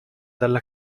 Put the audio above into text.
dalla